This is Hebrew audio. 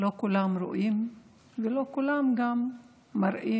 לא כולם רואים ולא כולם גם מראים,